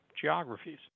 geographies